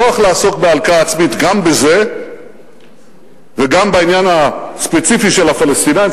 נוח לעסוק בהלקאה עצמית גם בזה וגם בעניין הספציפי של הפלסטינים,